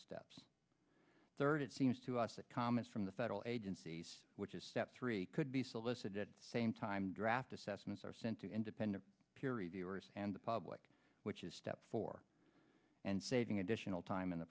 steps third it seems to us that comments from the federal agencies which is step three could be solicited sametime draft assessments are sent to independent peer reviewers and the public which is step four and saving additional time in the